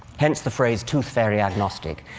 hence the phrase, tooth-fairy agnostic.